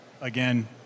Again